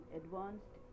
advanced